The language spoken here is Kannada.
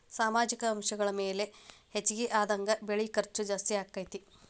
ಸಾಮಾಜಿಕ ಅಂಶಗಳ ಬೆಲೆ ಹೆಚಗಿ ಆದಂಗ ಬೆಳಿ ಖರ್ಚು ಜಾಸ್ತಿ ಅಕ್ಕತಿ